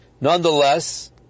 Nonetheless